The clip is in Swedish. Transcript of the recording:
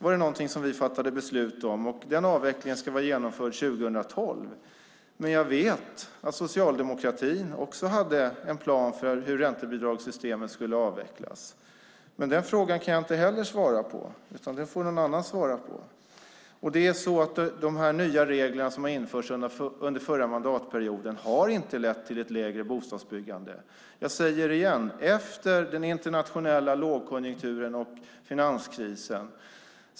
Denna avveckling ska vara genomförd 2012. Men jag vet att socialdemokratin också hade en plan för hur räntebidragssystemet skulle avvecklas. Men den frågan kan jag inte heller svara på, utan den får någon annan svara på. De nya regler som har införts under den förra mandatperioden har inte lett till ett minskat bostadsbyggande efter den internationella lågkonjunkturen och finanskrisen.